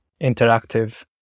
interactive